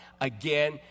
again